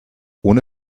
ohne